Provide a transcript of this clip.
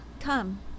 come